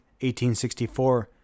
1864